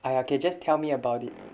!aiya! okay just tell me about it